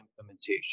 implementation